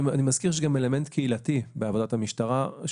אני מזכיר שיש גם אלמנט קהילתי בעבודת המשטרה,